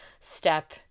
step